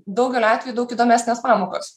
daugeliu atvejų daug įdomesnės pamokos